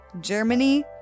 Germany